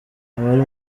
abari